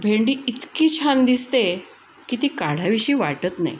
भेंडी इतकी छान दिसते की ती काढावीशी वाटत नाही